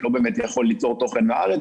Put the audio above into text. אני לא באמת יכול ליצור תוכן מהארץ,